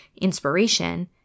inspiration